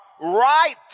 right